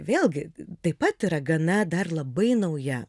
vėlgi taip pat yra gana dar labai nauja